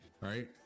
right